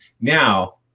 Now